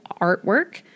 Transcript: artwork